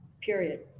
period